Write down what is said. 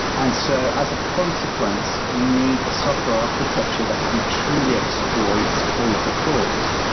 and so as a consequence, you need a software architecture that can truly exploit all of the cores.